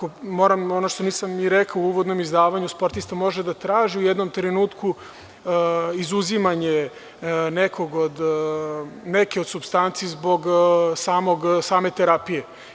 Ono što nisam rekao u uvodnom izlaganju, sportista može da traži u jednom trenutku izuzimanje neke od supstanci zbog same terapije.